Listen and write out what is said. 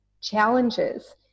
challenges